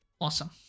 awesome